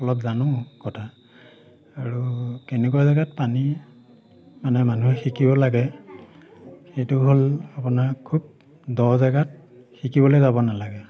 অলপ জানো কথা আৰু কেনেকুৱা জেগাত পানী মানে মানুহে শিকিব লাগে সেইটো হ'ল আপোনাৰ খুব দ জেগাত শিকিবলৈ যাব নালাগে